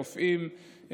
רופאים.